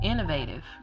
innovative